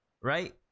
Right